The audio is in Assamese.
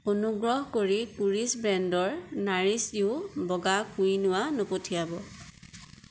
অনুগ্ৰহ কৰি কোৰিছ ব্ৰেণ্ডৰ নাৰিছ য়ু বগা কুইনোৱা নপঠিয়াব